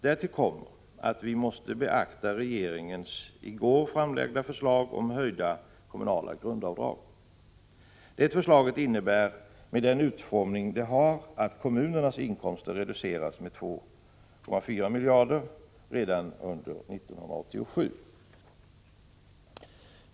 Därtill kommer att vi måste beakta regeringens i går framlagda förslag om höjda kommunala grundavdrag. Det förslaget innebär, med den utformning det har, att kommunernas inkomster reduceras med 2,4 miljarder kronor redan år 1987.